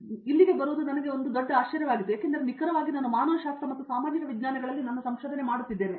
ಹಾಗಾಗಿ ಇಲ್ಲಿಗೆ ಬರುವುದು ನನಗೆ ಒಂದು ದೊಡ್ಡ ಆಶ್ಚರ್ಯವಾಗಿತ್ತು ಏಕೆಂದರೆ ನಿಖರವಾಗಿ ನಾನು ಮಾನವಶಾಸ್ತ್ರ ಮತ್ತು ಸಾಮಾಜಿಕ ವಿಜ್ಞಾನಗಳಲ್ಲಿ ನನ್ನ ಸಂಶೋಧನೆ ಮಾಡುತ್ತಿದ್ದೇನೆ